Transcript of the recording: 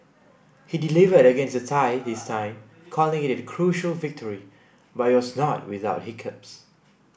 he delivered against the Thai this time calling it a crucial victory but it was not without hiccups